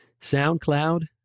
SoundCloud